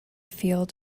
field